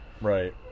Right